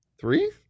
three